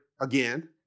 again